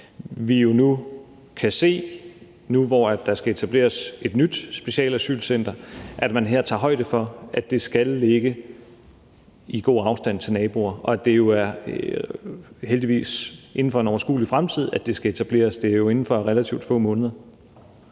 vi jo nu, hvor der skal etableres et nyt specialasylcenter, kan se, at man her tager højde for, at det skal ligge i god afstand til naboer, og at det heldigvis er inden for en overskuelig fremtid, at det skal etableres. Det er jo inden for relativt få måneder.